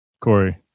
Corey